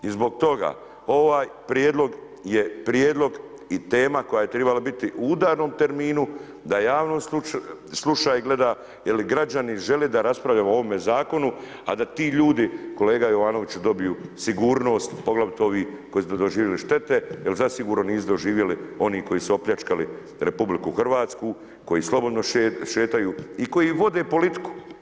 I zbog toga, ovaj prijedlog je prijedlog i tema koja je trebala biti u udarnom terminu, da javnost sluša i gleda, jer građani žele da raspravljamo o ovome zakonu, a da ti ljudi, kolega Jovanoviću, dobiju sigurnost, poglavito ovi koji su doživjeli štete, jer zasigurno nisu doživjeli oni koji su opljačkali RH, koji slobodno šetaju i koji vode politiku.